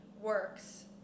works